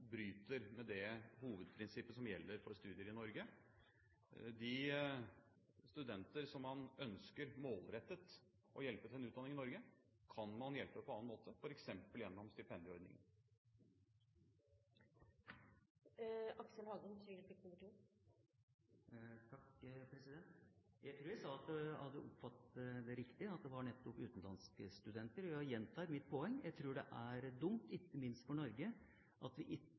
bryter med det hovedprinsippet som gjelder for studier i Norge. De studenter som man målrettet ønsker å hjelpe til en utdanning i Norge, kan man hjelpe på annen måte, f.eks. gjennom stipendieordninger. Jeg tror jeg sa at jeg hadde oppfattet det riktig, at det gjaldt nettopp utenlandske studenter. Jeg gjentar mitt poeng: Jeg tror det er dumt, ikke minst for Norge, at vi